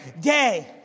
day